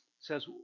says